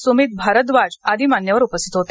सुमित भारद्वाज आदि मान्यवर उपस्थित होते